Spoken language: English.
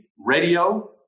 radio